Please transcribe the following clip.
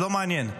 לא מעניין,